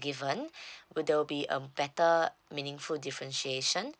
given will there will be a better meaningful differentiation and